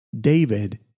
David